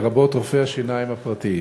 לרבות רופאי השיניים הפרטיים.